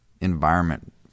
environment